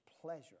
pleasure